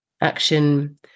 action